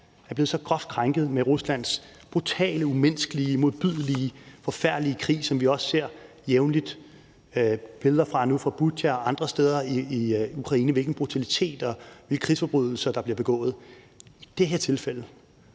er blevet så groft krænket med Ruslands brutale, umenneskelige, modbydelige, forfærdelige krig, som vi også jævnligt ser billeder fra og nu ser fra Butja og andre steder i Ukraine, hvor vi ser, hvilken brutalitet der er, og hvilke krigsforbrydelser der bliver begået. I det her tilfælde